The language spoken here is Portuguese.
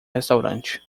restaurante